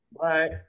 Bye